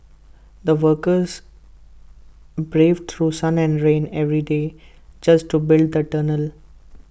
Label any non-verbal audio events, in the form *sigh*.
the workers braved through sun and rain every day just to *unintelligible* the tunnel